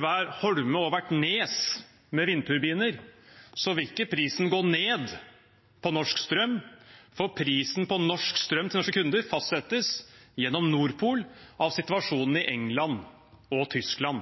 hver holme og hvert nes med vindturbiner, vil ikke prisen gå ned på norsk strøm, for prisen på norsk strøm til norske kunder fastsettes gjennom Nord Pool av situasjonen i England og Tyskland.